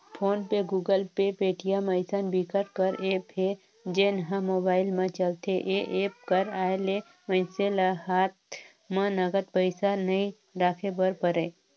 phone पे, Google Pay, Paytm अइसन बिकट कर ऐप हे जेन ह मोबाईल म चलथे ए एप्स कर आए ले मइनसे ल हात म नगद पइसा नइ राखे बर परय